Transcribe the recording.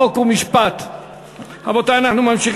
חוק ומשפט נתקבלה.